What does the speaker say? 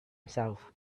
himself